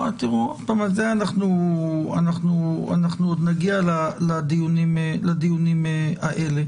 אנחנו עוד נגיע לדיונים האלה.